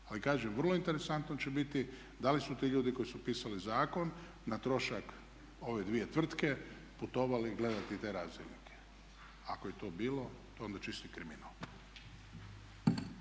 Ali kažem vrlo interesantno će biti da li su ti ljudi koji su pisali zakon na trošak ove dvije tvrtke putovali gledati te razdjelnike? Ako je to bilo to je onda čisti kriminal.